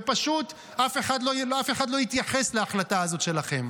ופשוט אף אחד לא יתייחס להחלטה הזאת שלכם.